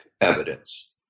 evidence